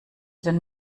dann